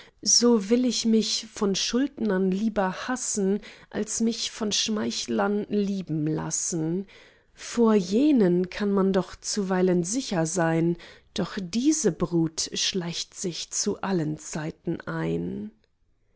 so will ich mich von schuldnern lieber hassen als mich von schmeichlern lieben lassen vor jenen kann man doch zuweilen sicher sein doch diese brut schleicht sich zu allen zeiten ein